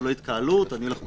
זה לא התקהלות, אני הולך ברחוב.